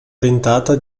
ventata